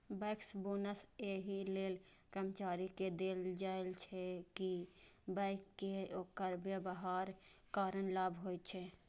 bankers bonus एहि लेल कर्मचारी कें देल जाइ छै, कि बैंक कें ओकर व्यवहारक कारण लाभ होइ छै